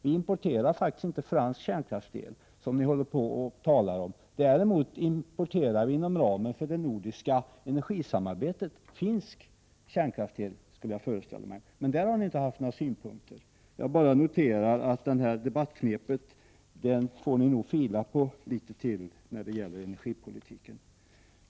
Vi importerar faktiskt inte fransk kärnkraftsel, som ni nu håller på och talar om. Inom ramen för det nordiska energisamarbetet importerar vi däremot finsk kärnkraftsel, skulle jag föreställa mig. Men där har ni inte haft några synpunkter. Jag noterar att ni får fila litet på detta debattknep när det gäller energipolitiken.